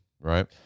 Right